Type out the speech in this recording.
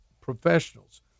professionals